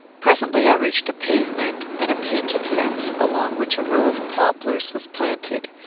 presently i reached a pavement, and a painted fence, along which a row of poplars was planted.